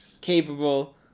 capable